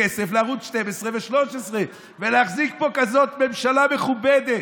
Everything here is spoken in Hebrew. לכסף לערוץ 12 ו-13 ולהחזיק פה כזאת ממשלה מכובדת.